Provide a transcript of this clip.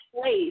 place